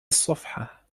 الصفحة